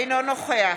אינו נוכח